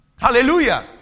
Hallelujah